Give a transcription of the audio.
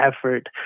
effort